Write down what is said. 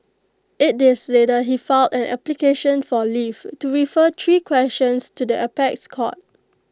eight days later he filed an application for leave to refer three questions to the apex court